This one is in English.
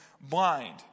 blind